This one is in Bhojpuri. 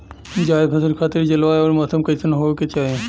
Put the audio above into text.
जायद फसल खातिर जलवायु अउर मौसम कइसन होवे के चाही?